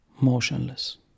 motionless